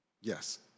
Yes